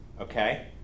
Okay